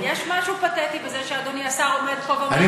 יש משהו פתטי בזה שאדוני השר עומד פה ואומר: תגישו.